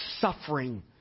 suffering